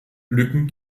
lücken